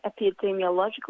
epidemiological